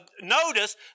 notice